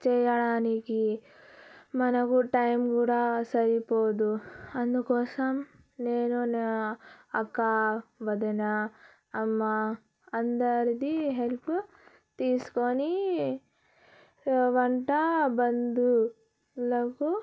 చేయడానికి మనకు టైం కూడా సరిపోదు అందుకోసం నేను నా అక్క వదిన అమ్మ అందరిది హెల్ప్ తీసుకొని వంట బంధువులకు